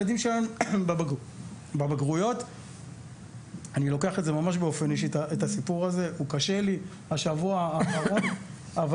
אני לוקח את הסיפור הזה ממש באופן אישי השבוע האחרון קשה לי.